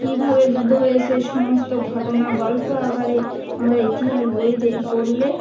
কীভাবে যুদ্ধ হয়েছে সমস্ত ঘটনা গল্প আকারে আমরা ইতিহাস বইয়েতে পড়লে